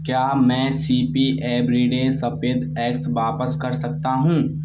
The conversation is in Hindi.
क्या मैं सी पी एवरीडे सफ़ेद एग्स वापस कर सकता हूँ